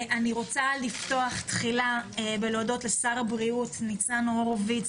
אני רוצה לפתוח תחילה ולהודות לשר הבריאות ניצן הורוביץ,